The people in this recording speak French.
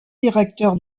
directeur